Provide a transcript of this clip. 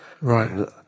right